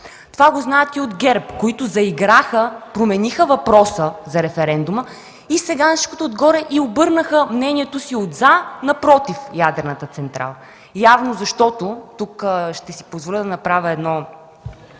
Това го знаят и от ГЕРБ, които заиграха, промениха въпроса за референдума и сега на всичкото отгоре обърнаха мнението си от „за” на „против” ядрената централа. Явно – тук ще си позволя да Ви запозная